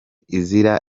izira